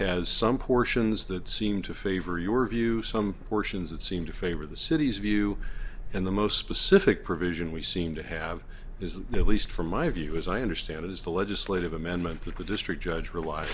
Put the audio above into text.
has some portions that seem to favor your view some portions that seem to favor the city's view and the most specific provision we seem to have is that it least from my view as i understand it is the legislative amendment that would district judge rely